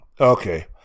okay